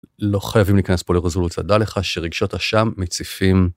לא חייבים להיכנס פה לרזולוציות, דע לך שרגשות השם מציפים.